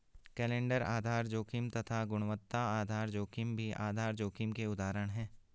calendar आधार जोखिम तथा गुणवत्ता आधार जोखिम भी आधार जोखिम के उदाहरण है